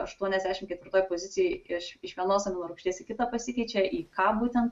aštuoniasdešimt ketvirtoj pozicijoj iš iš vienos aminorūgšties į kitą pasikeičia į ką būtent